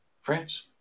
france